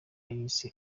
y’isi